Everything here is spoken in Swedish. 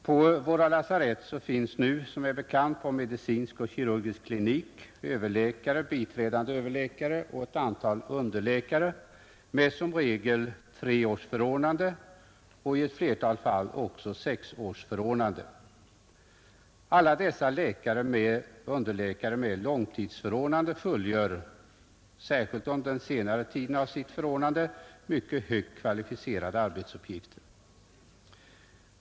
På våra lasarett finns som bekant nu på medicinsk och kirurgisk klinik överläkare, biträdande överläkare och ett antal underläkare med som regel treårsförordnande och i ett flertal fall även sexårsförordnande. Alla dessa underläkare med långtidsförordnande har särskilt under senare delen av sitt förordnande mycket högt kvalificerade arbetsuppgifter.